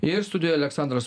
ir studijoje aleksandras